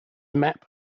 map